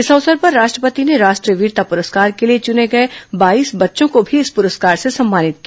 इस अवसर पर राष्ट्रपति ने राष्ट्रीय वीरता पुरस्कार के लिए चुने गये बाईस बच्चों को भी इस पुरस्कार से सम्मानित किया